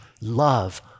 love